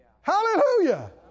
Hallelujah